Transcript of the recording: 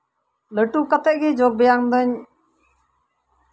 ᱞᱟᱹᱴᱩ ᱠᱟᱛᱮ ᱜᱮ ᱡᱳᱜᱽ ᱵᱮᱭᱟᱢ ᱫᱩᱧ